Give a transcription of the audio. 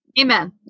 amen